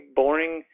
boring